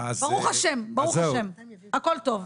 ברוך השם, הכול טוב.